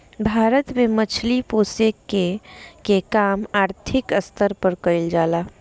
भारत में मछली पोसेके के काम आर्थिक स्तर पर कईल जा ला